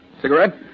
Cigarette